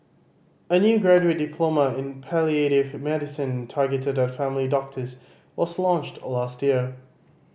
a new graduate diploma in palliative medicine targeted at family doctors was launched last year